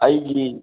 ꯑꯩꯒꯤ